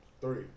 Three